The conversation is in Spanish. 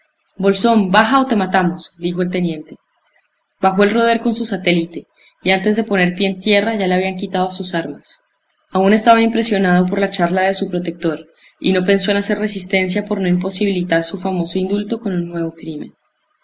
bolsón baja o te matamos dijo el teniente bajó el roder con su satélite y antes de poner pie en tierra ya le habían quitado sus armas aún estaba impresionado por la charla de su protector y no pensó en hacer resistencia por no imposibilitar su famoso indulto con un nuevo crimen